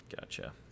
gotcha